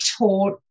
taught